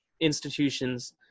institutions